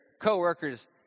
coworkers